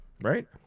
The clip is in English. Right